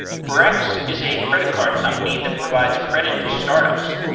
brex is a credit card company that provides credit to startups,